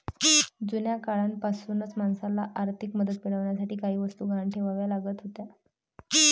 जुन्या काळापासूनच माणसाला आर्थिक मदत मिळवण्यासाठी काही वस्तू गहाण ठेवाव्या लागत होत्या